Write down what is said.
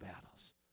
battles